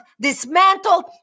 dismantled